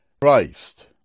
Christ